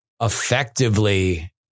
effectively